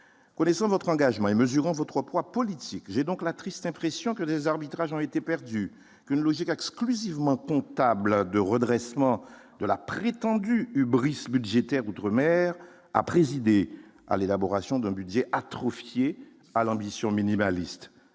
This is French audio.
connaissant votre engagement et mesurant votre poids politique, j'ai donc la triste impression que des arbitrages ont été perdus, une logique exclusivement comptable de redressement de la prétendue hubris Brice budgétaire outre-mer a présidé à l'élaboration d'un budget atrophiée, à l'ambition minimaliste